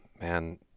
man